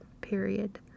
Period